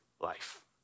life